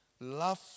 Love